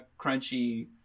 crunchy